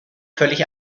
völlig